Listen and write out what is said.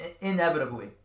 inevitably